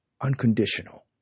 unconditional